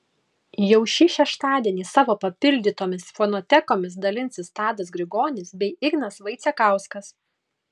jau šį šeštadienį savo papildytomis fonotekomis dalinsis tadas grigonis bei ignas vaicekauskas